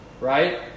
right